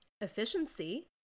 efficiency